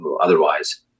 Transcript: otherwise